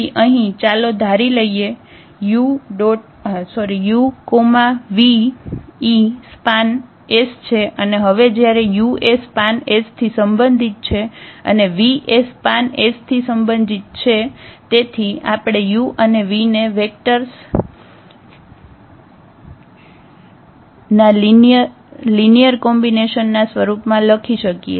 તેથી અહીં ચાલો ધારીએ કે 𝑢 𝑣 ∈ સ્પાન 𝑆 છે અને હવે જયારે 𝑢 એ સ્પાન થી સંબંધિત છે અને 𝑣 એ સ્પાન થી સંબંધિત છે તેથી આપણે 𝑢 અને 𝑣 ને વેક્ટર્સ 𝑣 ના લિનિયર કોમ્બિનેશનના સ્વરૂપમાં લખી શકીએ